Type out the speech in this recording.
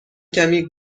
کمی